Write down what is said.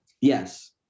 Yes